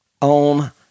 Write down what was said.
on